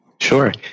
Sure